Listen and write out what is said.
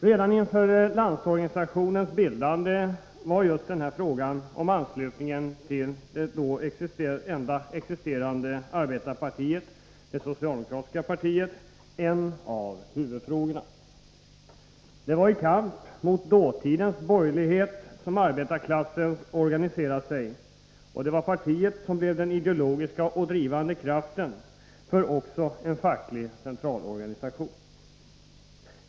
Redan inför Landsorganisationens bildande var just denna fråga om anslutningen till det då enda existerande arbetarpartiet, det socialdemokratiska partiet, en av huvudfrågorna. Det var i kamp mot dåtidens borgerlighet som arbetarklassen organiserade sig, och det var partiet som blev den ideologiska och drivande kraften för också en facklig centralorganisation.